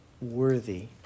Worthy